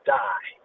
die